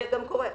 וזה גם קורה.